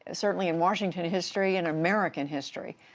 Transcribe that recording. ah certainly in washington history, and american history,